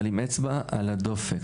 אבל עם אצבע על הדופק,